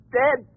dead